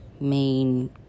main